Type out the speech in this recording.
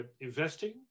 investing